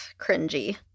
cringy